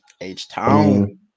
H-Town